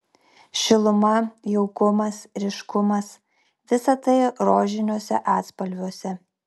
šiluma jaukumas ryškumas visa tai rožiniuose atspalviuose